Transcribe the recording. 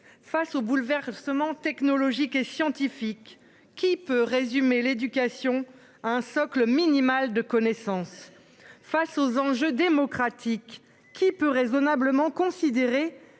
Face aux bouleversements technologiques et scientifiques qui peut résumer l'éducation un socle minimal de connaissance. Face aux enjeux démocratiques qui peut raisonnablement considérer